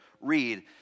read